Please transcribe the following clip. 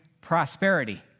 prosperity